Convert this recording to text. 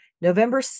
November